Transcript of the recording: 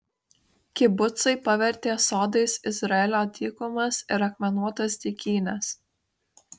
kibucai pavertė sodais izraelio dykumas ir akmenuotas dykynes